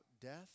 death